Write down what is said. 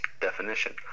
Definition